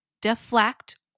deflect